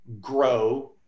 grow